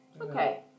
Okay